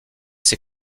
ses